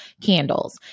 candles